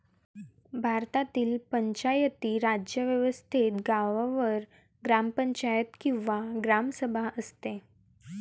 भारतातील पंचायती राज व्यवस्थेत गावावर ग्रामपंचायत किंवा ग्रामसभा असते